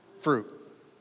fruit